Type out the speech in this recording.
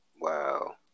Wow